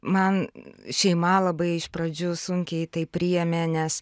man šeima labai iš pradžių sunkiai tai priėmė nes